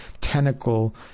tentacle